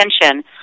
attention